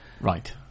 Right